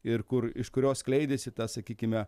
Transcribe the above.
ir kur iš kurios skleidėsi ta sakykime